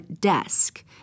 desk